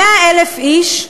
100,000 איש,